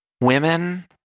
women